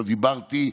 לא דיברתי,